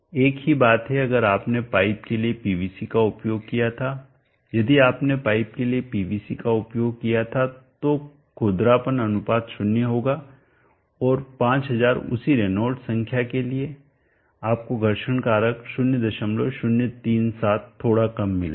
एक ही बात है अगर आपने पाइप के लिए पीवीसी का उपयोग किया था यदि आपने पाइप के लिए पीवीसी का उपयोग किया था तो खुरदरापन अनुपात 0 होगा और 5000 उसी रेनॉल्ड्स संख्या के लिए आपको घर्षण कारक 0037 थोड़ा कम मिलेगा